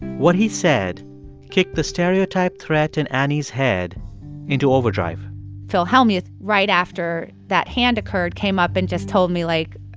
what he said kicked the stereotype threat in annie's head into overdrive phil hellmuth, right after that hand occurred, came up and just told me, like,